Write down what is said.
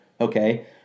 okay